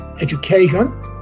education